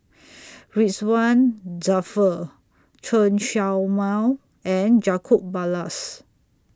Ridzwan Dzafir Chen Show Mao and Jacob Ballas